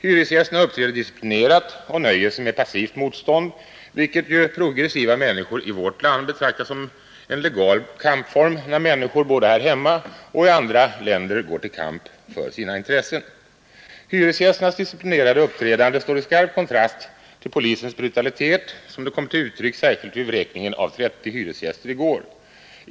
Hyresgästerna uppträder disciplinerat och nöjer sig med passivt motstånd, vilket ju progressiva människor i vårt land betraktar som en legal kampform när grupper både här hemma och i andra länder går till kamp för sina intressen. Hyresgästernas disciplinerade uppträdande står i skarp kontrast till polisens brutalitet, sådan den kom till uttryck särskilt vid vräkningen av 30 hyresgäster i går.